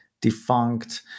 defunct